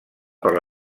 per